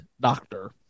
Doctor